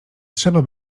trzeba